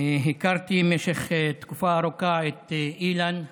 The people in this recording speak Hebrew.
הכרתי במשך תקופה ארוכה את אילן ז"ל.